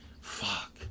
fuck